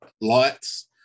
lights